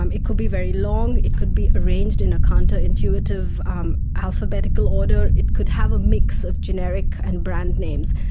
um it could be very long, it could be arranged in a counterintuitive um alphabetical order, it could have a mix of generic and brand names.